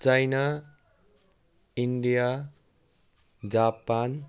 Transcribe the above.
China India Japan